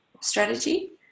strategy